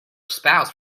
spouse